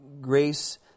grace